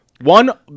one